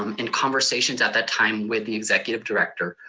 um in conversations at that time with the executive director,